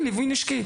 שיהיה ליווי עם נשק.